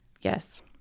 yes